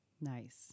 Nice